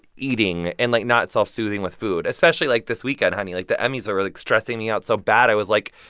eating and, like, not self-soothing with food, especially like this weekend, honey. like, the emmys were, like, stressing me out so bad. i was like,